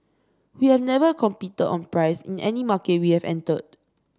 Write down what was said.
we have never competed on price in any market we have entered